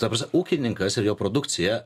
ta prasme ūkininkas ir jo produkcija